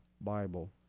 Bible